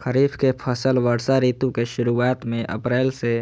खरीफ के फसल वर्षा ऋतु के शुरुआत में अप्रैल से